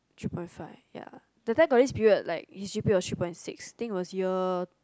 three point five ya that got this period like his g_p_a was three point six think was year